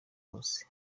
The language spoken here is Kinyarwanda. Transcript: bose